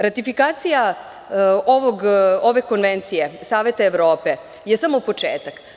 Ratifikacija ove konvencije Saveta Evrope je samo početak.